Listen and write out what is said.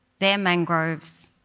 their mangroves,